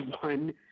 one